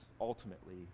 ultimately